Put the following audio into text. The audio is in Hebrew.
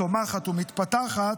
צומחת ומתפתחת,